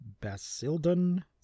Basildon